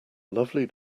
lovely